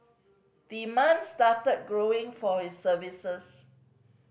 demand started growing for his services